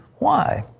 why?